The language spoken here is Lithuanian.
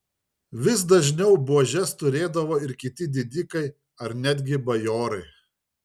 vis dažniau buožes turėdavo ir kiti didikai ar netgi bajorai